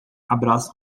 abraça